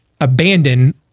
abandon